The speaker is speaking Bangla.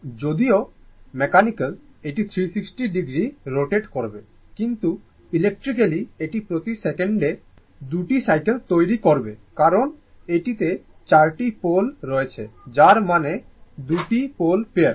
যদিও মেকানিক্যাল এটি 360 ডিগ্রী রোটেট করবে কিন্তু ইলেকট্রিক্যালি এটি প্রতি সেকেন্ডডানে 2 টি সাইকেল তৈরি করবে কারণ এটিতে চারটি পোল রয়েছে যার মানে 2 পোল পেয়ার